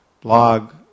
blog